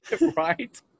Right